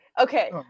Okay